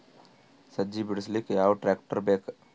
ಸಜ್ಜಿ ಬಿಡಿಸಿಲಕ ಯಾವ ಟ್ರಾಕ್ಟರ್ ಬೇಕ?